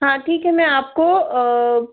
हाँ ठीक है मैं आपको